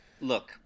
look